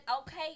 okay